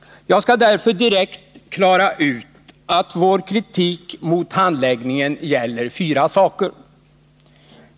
Jag skall därför direkt klargöra att vår kritik mot handläggningen gäller fyra saker.